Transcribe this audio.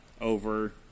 over